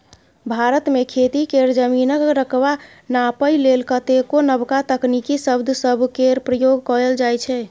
भारत मे खेती केर जमीनक रकबा नापइ लेल कतेको नबका तकनीकी शब्द सब केर प्रयोग कएल जाइ छै